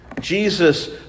Jesus